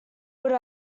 would